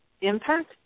impact